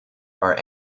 are